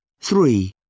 three